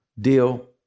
deal